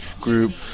group